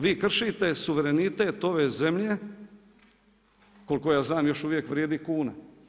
Vi kršite suverenitet ove zemlje, koliko ja znam, još uvijek vrijedi kuna.